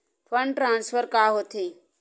Fund transfer का होथे?